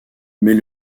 mais